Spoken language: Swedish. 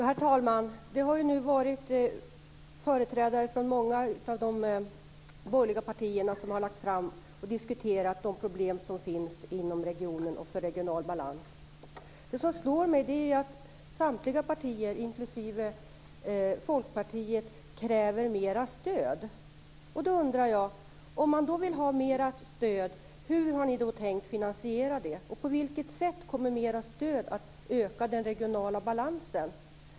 Herr talman! Nu har företrädare från många av de borgerliga partierna diskuterat de problem som finns inom regionen och för regional balans. Det slår mig att samtliga partier inklusive Folkpartiet kräver mer stöd. Då undrar jag: Hur har ni då tänkt finansiera det? På vilket sätt kommer mer stöd att öka den regionala balansen?